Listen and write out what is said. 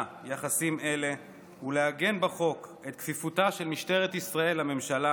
יחסים אלה ולעגן בחוק את כפיפותה של משטרת ישראל לממשלה